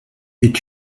est